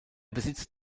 besitzt